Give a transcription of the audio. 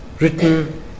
written